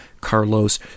Carlos